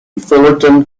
fullerton